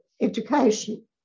education